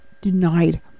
denied